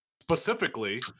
specifically